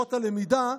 לשעות הלמידה,